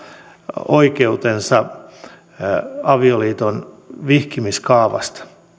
oikeutensa avioliiton vihkimiskaavaan